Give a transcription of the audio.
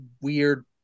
weird